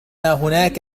هناك